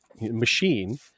machine